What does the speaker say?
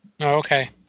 Okay